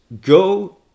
go